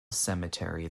cemetery